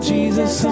Jesus